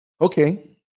Okay